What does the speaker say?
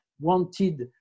wanted